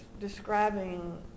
describing